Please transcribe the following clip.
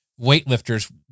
weightlifters